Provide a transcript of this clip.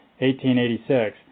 1886